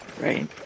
Right